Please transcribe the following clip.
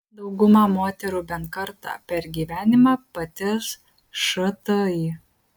dauguma moterų bent kartą per gyvenimą patirs šti